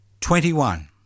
twenty-one